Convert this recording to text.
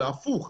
אלא הפוך,